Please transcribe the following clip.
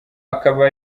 ukaba